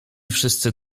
wszyscy